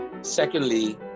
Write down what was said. Secondly